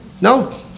No